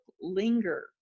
linger